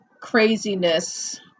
craziness